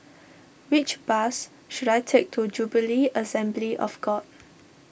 which bus should I take to Jubilee Assembly of God